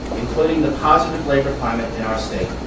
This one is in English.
including the positive labor climate in our state.